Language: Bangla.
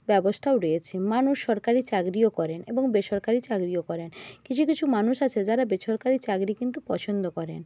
ব্যবস্থাও রয়েছে মানুষ সরকারি চাকরিও করেন এবং বেসরকারি চাকরিও করেন কিছু কিছু মানুষ আছে যারা বেসরকারি চাকরি কিন্তু পছন্দ করেন